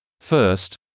First